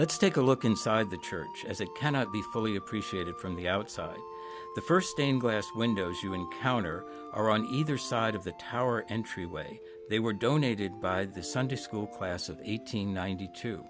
let's take a look inside the church as it cannot be fully appreciated from the outside the first stained glass windows you encounter are on either side of the tower entryway they were donated by the sunday school class of eight hundred ninety two